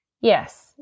Yes